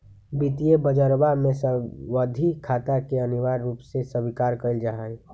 वित्तीय बजरवा में सावधि खाता के अनिवार्य रूप से स्वीकार कइल जाहई